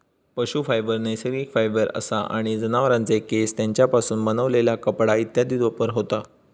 पशू फायबर नैसर्गिक फायबर असा आणि जनावरांचे केस, तेंच्यापासून बनलेला कपडा इत्यादीत वापर होता